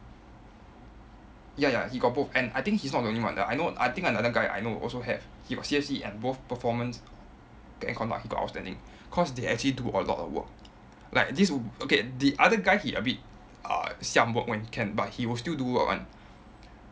ya ya he got both and I think he's not the only one that I know I think another guy I know also have he got C_F_C and both performance and conduct he got outstanding cause they actually do a lot of work like this o~ okay the other guy he a bit uh siam boat [one] he can but he will still do work [one]